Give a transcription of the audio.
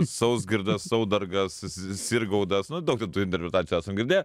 sauzgirdas saudargas sirgaudas nu daug tų interpretacijų esam girdėję